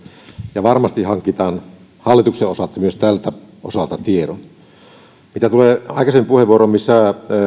ja varmasti hankitaan myös hallituksen osalta tältä osin tieto mitä tulee aikaisempaan puheenvuoroon missä